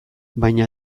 baina